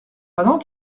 pendant